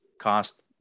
cost